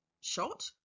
shot